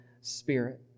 Spirit